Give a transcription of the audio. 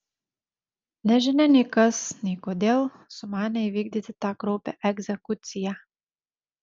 nežinia nei kas nei kodėl sumanė įvykdyti tą kraupią egzekuciją